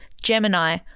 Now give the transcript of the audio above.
Gemini